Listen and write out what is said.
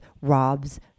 Rob's